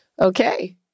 Okay